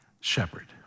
shepherd